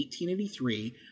1883